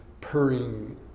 purring